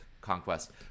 conquest